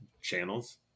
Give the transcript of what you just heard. channels